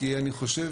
כי אני חושב